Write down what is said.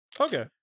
Okay